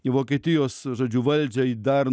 į vokietijos žodžiu valdžiai dar